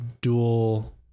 dual